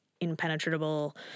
impenetrable